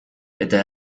eta